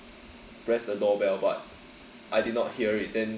pressed the door bell but I did not hear it then